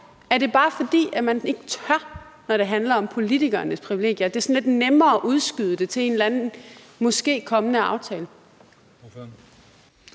Er det bare, fordi man ikke tør, når det handler om politikernes privilegier, og at det er sådan lidt nemmere at udskyde det til en eller anden aftale,